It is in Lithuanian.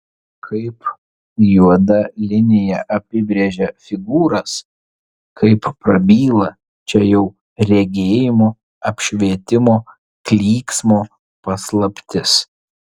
kaip juoda linija apibrėžia figūras kaip prabyla čia jau regėjimo apšvietimo klyksmo paslaptis